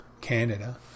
Canada